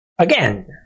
Again